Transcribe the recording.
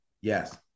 Yes